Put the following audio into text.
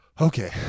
okay